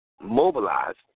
mobilized